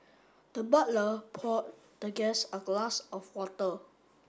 the butler poured the guest a glass of water